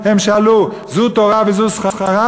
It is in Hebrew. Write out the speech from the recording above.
הם שאלו: זו תורה וזו שכרה?